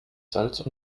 salz